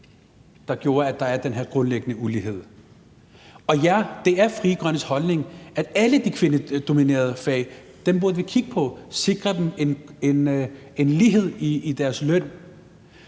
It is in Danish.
der gjorde, at der er den her grundlæggende ulighed. Og ja, det er Frie Grønnes holdning, at alle de kvindedominerede fag burde vi kigge på og sikre dem ligeløn.